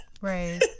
Right